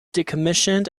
decommissioned